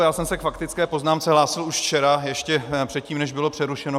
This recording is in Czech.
Já jsem se k faktické poznámce hlásil už včera, ještě předtím, než bylo přerušeno.